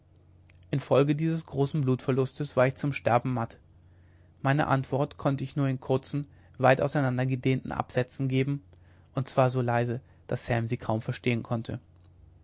infolge dieses großen blutverlustes war ich zum sterben matt meine antwort konnte ich nur in kurzen weit auseinander gedehnten absätzen geben und zwar so leise daß sam sie kaum verstehen konnte